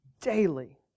daily